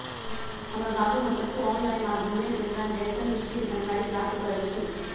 हमर बाबू हरसठ्ठो ऑनलाइन माध्यमें से ट्रांजैक्शन हिस्ट्री के जानकारी प्राप्त करइ छिन्ह